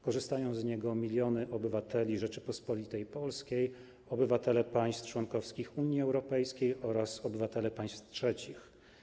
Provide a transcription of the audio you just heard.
Korzystają z niego miliony obywateli Rzeczypospolitej Polskiej, obywatele państw członkowskich Unii Europejskiej oraz obywatele państw trzecich.